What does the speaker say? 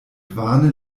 vane